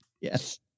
Yes